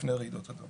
בפני רעידות אדמה.